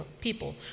people